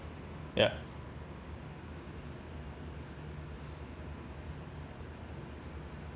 ya